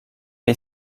est